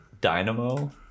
Dynamo